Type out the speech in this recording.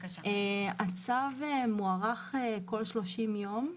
הצו מוארך כל 30 יום.